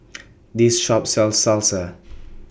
This Shop sells Salsa